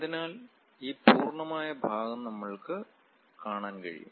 അതിനാൽ ഈ പൂർണ്ണമായ ഭാഗം നമ്മൾക്കു കാണാൻ കഴിയും